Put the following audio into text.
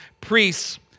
priests